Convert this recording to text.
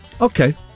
Okay